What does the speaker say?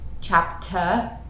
chapter